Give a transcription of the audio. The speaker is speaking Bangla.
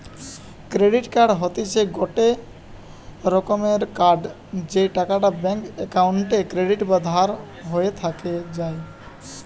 ক্রেডিট কার্ড হতিছে গটে রকমের কার্ড যেই টাকাটা ব্যাঙ্ক অক্কোউন্টে ক্রেডিট বা ধার হয়ে যায়